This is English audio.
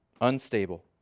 unstable